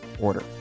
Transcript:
order